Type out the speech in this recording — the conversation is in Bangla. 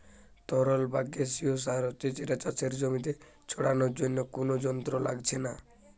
তরল বা গেসিও সার হচ্ছে যেটা চাষের জমিতে ছড়ানার জন্যে কুনো যন্ত্র লাগছে না